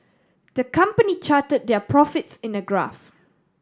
the company charted their profits in a graph